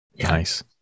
Nice